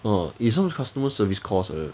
orh is some customer service course 来的